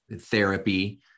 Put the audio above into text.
therapy